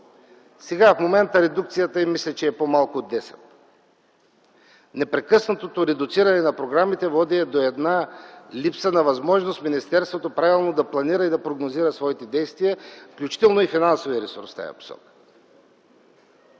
Сега в момента, с редукцията им, мисля, че са по-малко от 10. Непрекъснатото редуциране на програмите води до една липса на възможност министерството правилно да планира и да прогнозира своите действия, включително и финансовия ресурс в тая посока.